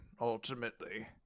ultimately